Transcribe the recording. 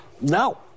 No